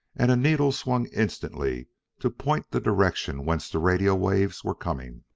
and a needle swung instantly to point the direction whence the radio waves were coming.